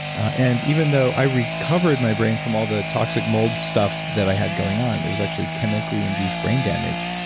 and even though i recovered my brain from all the toxic mold stuff that i had going on, it was actually chemically induced brain damage,